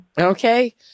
Okay